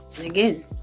again